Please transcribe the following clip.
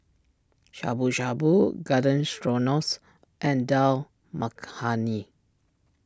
Shabu Shabu Garden strong loss and Dal Makhani